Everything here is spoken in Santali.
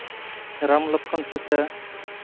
ᱨᱟᱢ ᱞᱚᱠᱠᱷᱚᱱ ᱥᱤᱛᱟᱹ